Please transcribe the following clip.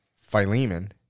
Philemon